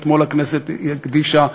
אתמול הכנסת הקדישה,